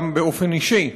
גם באופן אישי,